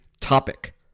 topic